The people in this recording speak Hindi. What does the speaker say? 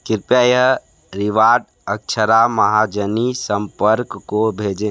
कृपया यह रीवार्ड अक्षरा महाजनी सम्पर्क को भेजें